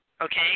Okay